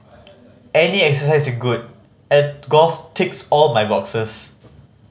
any exercise is good and golf ticks all my boxes